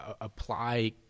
apply